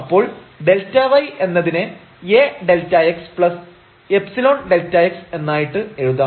അപ്പോൾ Δy എന്നതിനെ AΔxϵΔx എന്നായിട്ട് എഴുതാം